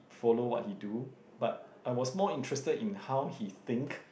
follow what he do but I was more interested in how he think